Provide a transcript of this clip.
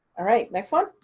all right. next one.